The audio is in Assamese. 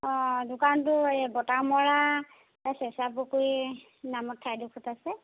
অঁ দোকানটো এই বতামৰা চেচা পুখুৰী নামৰ ঠাইডোখৰত আছে